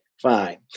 fine